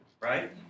right